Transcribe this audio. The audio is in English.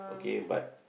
okay but